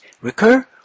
Recur